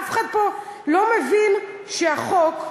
אף אחד פה לא מבין שהחוק,